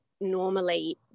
normally